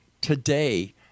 today